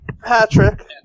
Patrick